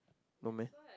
no meh